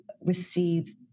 receive